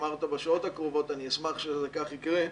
אמרת בשעות הקרובות, אני אשמח שכך יקרה,